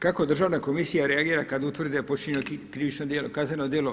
Kako državna komisija reagira kada utvrdi da je počinjeno krivično djelo, kazneno djelo?